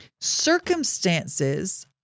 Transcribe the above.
Circumstances